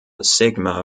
sigma